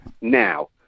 Now